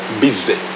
busy